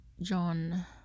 John